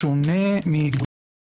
בחוק שירותי הדת